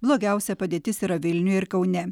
blogiausia padėtis yra vilniuje ir kaune